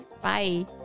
Bye